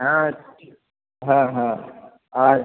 হ্যাঁ হ্যাঁ হ্যাঁ হ্যাঁ আর